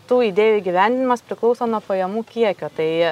tų idėjų įgyvendinimas priklauso nuo pajamų kiekio tai